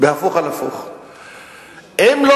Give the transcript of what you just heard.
אם זה